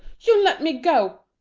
you let me go,